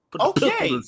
Okay